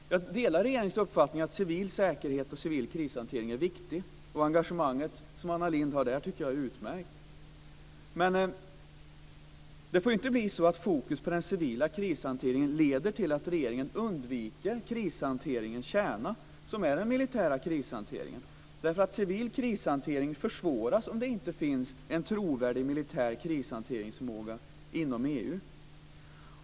Jag delar regeringens uppfattning att civil säkerhet och civil krishantering är viktig, och jag tycker att Anna Lindhs engagemang i det avseendet är utmärkt, men det får inte bli så att fokuseringen på den civila krishanteringen leder till att regeringen undviker krishanteringens kärna, som är den militära krishanteringen. Civil krishantering försvåras om det inte finns en trovärdig militär krishanteringsförmåga inom EU.